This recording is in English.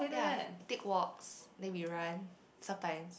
ya we take walks then we run sometimes